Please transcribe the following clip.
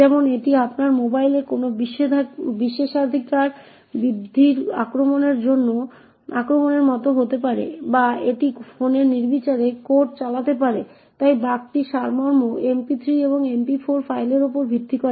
যেমন এটি আপনার মোবাইল ফোনে বিশেষাধিকার বৃদ্ধির আক্রমণের মতো হতে পারে বা এটি ফোনে নির্বিচারে কোড চালাতে পারে তাই বাগটির সারমর্ম MP3 এবং MP4 ফাইলের উপর ভিত্তি করে